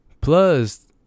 Plus